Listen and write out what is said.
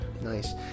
Nice